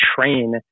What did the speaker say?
train